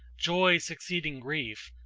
joy succeeding grief!